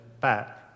back